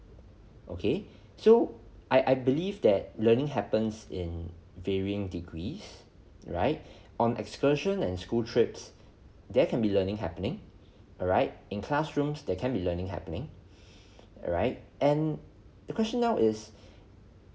okay so I I believe that learning happens in varying degrees right on excursion and school trips there can be learning happening alright in classrooms there can be learning happening alright and the question now is